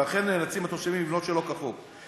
ולכן נאלצים התושבים לבנות שלא כחוק.